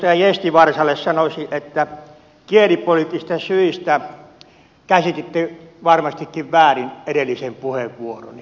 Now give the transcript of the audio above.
edustaja gästgivarsille sanoisin että kielipoliittisista syistä käsititte varmastikin väärin edellisen puheenvuoroni